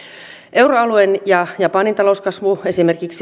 euroalueen ja japanin talouskasvu esimerkiksi